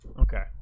Okay